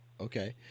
Okay